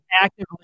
actively